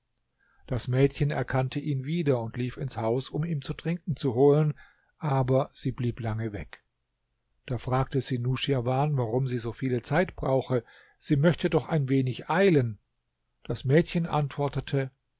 das mädchen erkannte ihn wieder und lief ins haus um ihm zu trinken zu holen aber sie blieb lange weg da fragte sie nuschirwan warum sie so viele zeit brauche sie möchte doch ein wenig eilen das mädchen antwortete